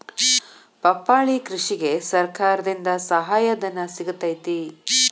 ಪಪ್ಪಾಳಿ ಕೃಷಿಗೆ ಸರ್ಕಾರದಿಂದ ಸಹಾಯಧನ ಸಿಗತೈತಿ